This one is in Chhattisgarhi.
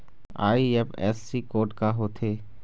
आई.एफ.एस.सी कोड का होथे?